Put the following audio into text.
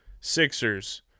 Sixers